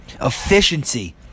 Efficiency